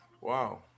Wow